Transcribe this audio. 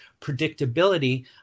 predictability